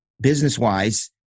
business-wise